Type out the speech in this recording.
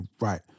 right